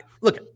look